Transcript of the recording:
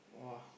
!wah!